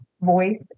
voice